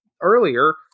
earlier